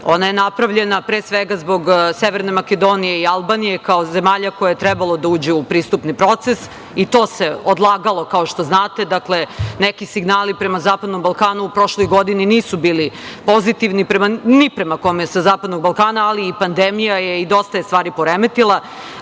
ona je napravljena pre svega zbog Severne Makedonije i Albanije, kao zemalja koje trebalo da uđe u pristupni proces, i to se odlagalo, kao što znate. Neki signali prema zapadnom Balkanu u prošloj godini nisu bili pozitivni, ni prema kome sa zapadnog Balkana, ali pandemija je, i dosta je stvari poremetila.Međutim,